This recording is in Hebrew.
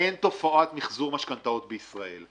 -- אין תופעת מחזור משכנתאות בישראל.